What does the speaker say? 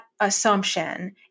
assumption